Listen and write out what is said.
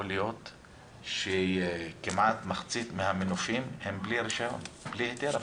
להיות שכמעט מחצית מהמנופים הם בלי רישיון ובלי היתר אפילו.